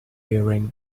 wearing